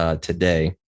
today